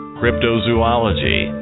cryptozoology